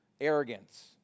arrogance